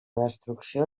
destrucció